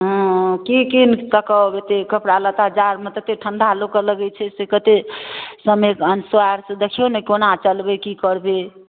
हाँ कि कीनिकऽ कहब एतेक कपड़ालत्ता जाड़मे ततेक ठण्डा लोकके लागै छै से कतेक समयके अनुसार से देखिऔ ने कोना चलबै कि करबै